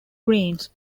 greens